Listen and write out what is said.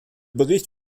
bericht